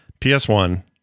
ps1